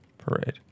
Parade